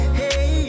hey